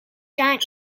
giant